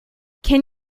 can